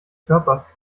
körpers